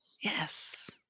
Yes